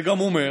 זה גם אומר